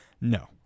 no